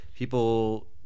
people